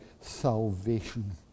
salvation